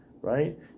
right